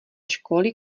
školy